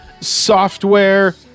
software